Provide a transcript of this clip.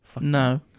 No